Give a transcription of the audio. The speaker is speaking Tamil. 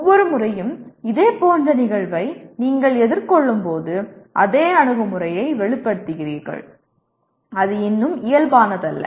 ஒவ்வொரு முறையும் இதேபோன்ற நிகழ்வை நீங்கள் எதிர்கொள்ளும்போது அதே அணுகுமுறையை வெளிப்படுத்துகிறீர்கள் அது இன்னும் இயல்பானதல்ல